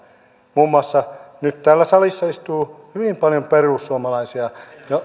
muun muassa nyt täällä salissa istuu hyvin paljon perussuomalaisia